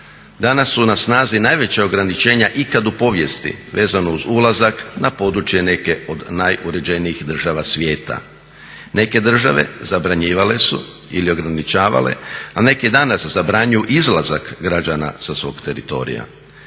Danas su na snazi najveća ograničenja ikad u povijesti vezan uz ulazak na područje neke od najuređenijih država svijeta. Neke države zabranjivale su ili ograničavale, a neke i danas zabranjuju izlazak građana sa svog teritorija.